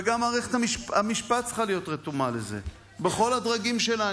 וגם מערכת המשפט צריכה להיות רתומה לזה בכל הדרגים שלה.